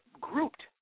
grouped